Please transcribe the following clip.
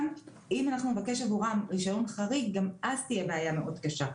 גם אם אנחנו נבקש עבורם רישיון חריג - גם אז תהיה בעיה מאוד קשה.